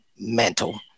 mental